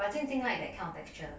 but jing jing like that kind of texture